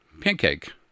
pancake